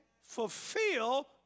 fulfill